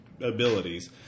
abilities